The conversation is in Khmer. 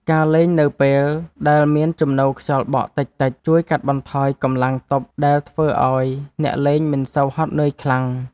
ការលេងនៅពេលដែលមានជំនោរខ្យល់បក់តិចៗ ជួយកាត់បន្ថយកម្លាំងទប់ដែលធ្វើឱ្យអ្នកលេងមិនសូវហត់នឿយខ្លាំង។